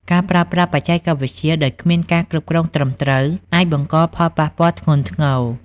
ការប្រើប្រាស់បច្ចេកវិទ្យាដោយគ្មានការគ្រប់គ្រងត្រឹមត្រូវ អាចបង្កផលប៉ះពាល់ធ្ងន់ធ្ងរ។